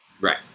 right